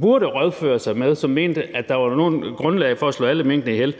burde rådføre sig med, mente, at der var noget grundlag for at slå alle minkene ihjel.